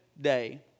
day